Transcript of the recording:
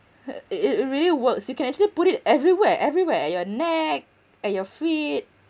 hu~ it it it really works you can actually put it everywhere everywhere at your neck at your feet